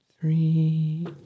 Three